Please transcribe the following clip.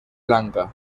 lanka